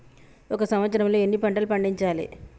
ఒక సంవత్సరంలో ఎన్ని పంటలు పండించాలే?